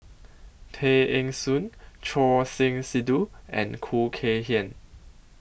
Tay Eng Soon Choor Singh Sidhu and Khoo Kay Hian